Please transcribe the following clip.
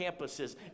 campuses